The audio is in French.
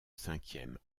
cinquième